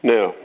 Now